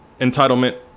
entitlement